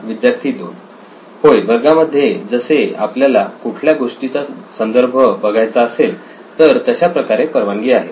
विद्यार्थी 2 होय वर्गामध्ये जसे आपल्याला कुठल्या गोष्टीचा संदर्भ बघायचा असेल तर तशा प्रकारे परवानगी आहे